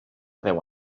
deu